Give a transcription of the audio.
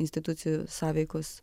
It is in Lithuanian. institucijų sąveikos